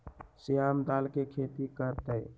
श्याम दाल के खेती कर तय